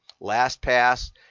LastPass